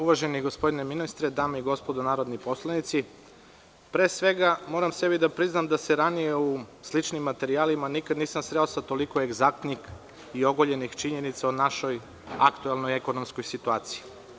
Uvaženi gospodine ministre, dame i gospodo narodni poslanici, pre svega, moram sebi da priznam da se ranije u sličnim materijalima nikada nisam sreo sa toliko egzaktnih i ogoljenih činjenica o našoj aktuelnoj ekonomskoj situaciji.